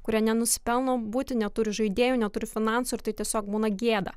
kurie nenusipelno būti neturi žaidėjų neturi finansų ir tai tiesiog būna gėda